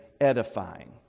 edifying